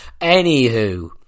Anywho